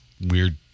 weird